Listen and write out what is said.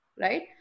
right